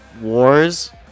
Wars